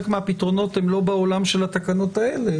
מהפתרונות הם לא בעולם של התקנות האלה,